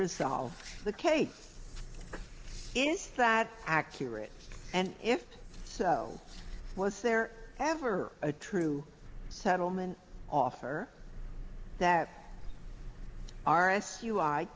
resolve the case is that accurate and if so was there ever a true settlement offer that r s u i